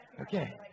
Okay